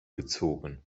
gezogen